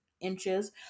inches